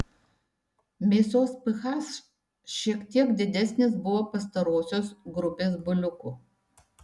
mėsos ph šiek tiek didesnis buvo pastarosios grupės buliukų